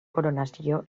coronació